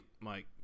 Mike